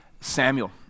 Samuel